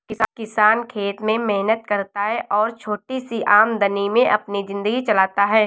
किसान खेत में मेहनत करता है और छोटी सी आमदनी में अपनी जिंदगी चलाता है